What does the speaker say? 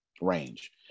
range